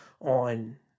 on